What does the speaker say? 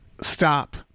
stop